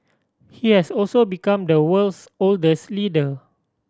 he has also become the world's oldest leader